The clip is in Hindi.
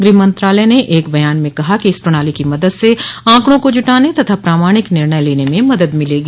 गृह मंत्रालय ने एक बयान में कहा है कि इस प्रणाली की मदद से आंकड़ों को जुटाने तथा प्रामाणिक निर्णय लेने में मदद मिलेगी